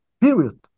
Period